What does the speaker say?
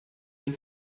den